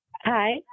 Hi